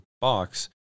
box